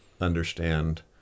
understand